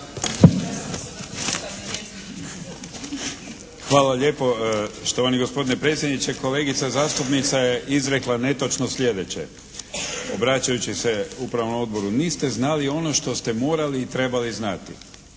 Hvala lijepa štovani gospodine predsjedniče. Kolegica zastupnica je izrekla netočno sljedeće, obraćajući se Upravnom odboru, niste znali ono što ste morali i trebali znati.